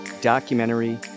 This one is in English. documentary